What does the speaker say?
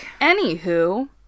Anywho